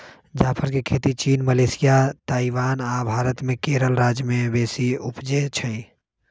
जाफर के खेती चीन, मलेशिया, ताइवान आ भारत मे केरल राज्य में बेशी उपजै छइ